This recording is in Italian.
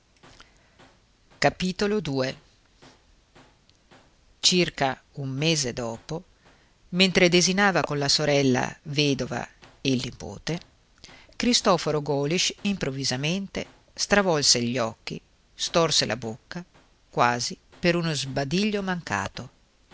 se mai circa un mese dopo mentre desinava con la sorella vedova e il nipote cristoforo golisch improvvisamente stravolse gli occhi storse la bocca quasi per uno sbadiglio mancato